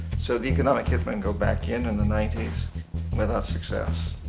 so, the economic hit men go back in in the ninety s without success.